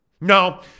No